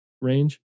range